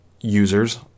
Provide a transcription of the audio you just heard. users